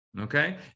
Okay